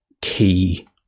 key